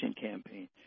campaign